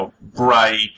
bright